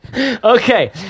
Okay